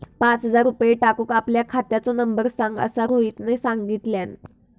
पाच हजार रुपये टाकूक आपल्या खात्याचो नंबर सांग असा रोहितने सांगितल्यान